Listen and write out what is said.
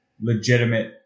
legitimate